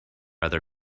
other